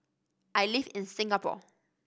I live in Singapore